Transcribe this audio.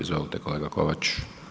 Izvolite kolega Kovač.